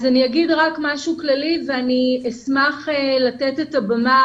אני אומר משהו כללי ואני אשמח לתת את הבמה,